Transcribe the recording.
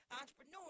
entrepreneur